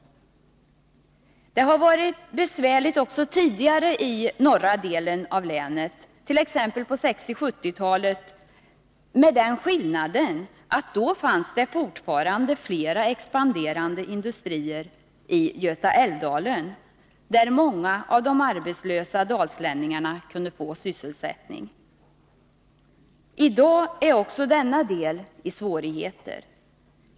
Det har varit besvärligt också tidigare i norra delen av länet, t.ex. på 60 och 70-talen med den skillnaden att det då fortfarande fanns flera expanderande industrier i Götaälvdalen där många av de arbetslösa dalslänningarna kunde få sysselsättning. I dag är också denna del i svårigheter.